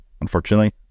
unfortunately